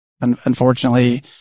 unfortunately